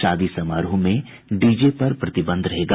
शादी समारोह में डीजे पर प्रतिबंध रहेगा